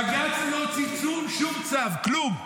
בג"ץ לא הוציא שום צו, כלום.